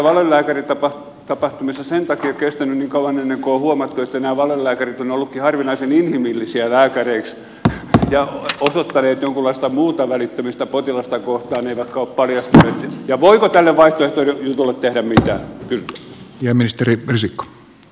onko näissä valelääkäritapahtumissa sen takia kestänyt niin kauan ennen kuin on huomattu että nämä valelääkärit ovat olleetkin harvinaisen inhimillisiä lääkäreiksi ja osoittaneet jonkunlaista muuta välittämistä potilasta kohtaan eivätkä ole paljastuneet ja voiko tälle vaihtoehtojutulle tehdä mitään